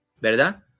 ¿Verdad